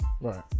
Right